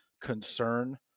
concern